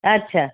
અચ્છા